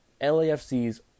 LAFC's